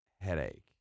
headache